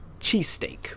cheesesteak